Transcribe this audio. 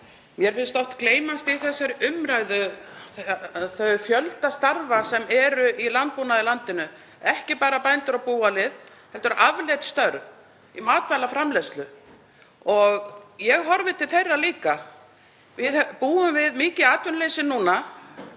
Mér finnst oft gleymast í þessari umræðu sá fjöldi starfa sem er í landbúnaði í landinu, ekki bara bændur og búalið heldur afleidd störf í matvælaframleiðslu. Ég horfi til þeirra líka. Við búum við mikið atvinnuleysi núna.